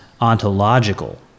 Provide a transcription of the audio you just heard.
ontological